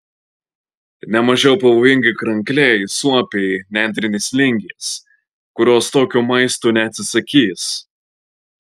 ne mažiau pavojingi krankliai suopiai nendrinės lingės kurios tokio maisto neatsisakys